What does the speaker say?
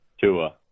Tua